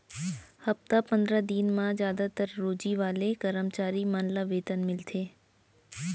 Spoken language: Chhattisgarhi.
हप्ता पंदरा दिन म जादातर रोजी वाले करम चारी मन ल वेतन मिलथे